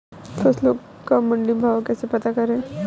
फसलों का मंडी भाव कैसे पता करें?